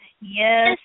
Yes